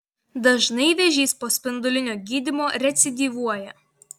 dažnai vėžys po spindulinio gydymo recidyvuoja